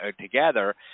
together